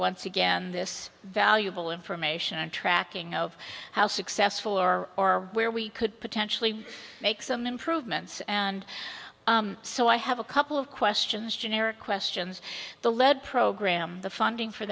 once again this valuable information and tracking of how successful or or where we could potentially make some improvements and so i have a couple of questions generic questions the led program the funding for